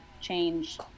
change